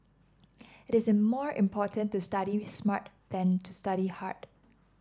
it is more important to study smart than to study hard